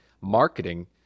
marketing